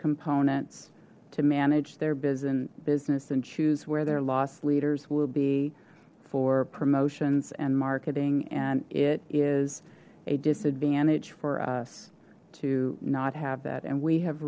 components to manage their business and choose where their loss leaders will be for promotions and marketing and it is a disadvantage for us to not have that and we have